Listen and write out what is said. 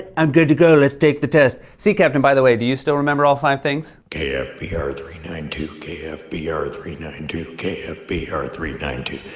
i'm good to go. let's take the test. sea captain, by the way, do you still remember all five things? k f b r three nine two. k f b r three nine two. k f b r three nine two.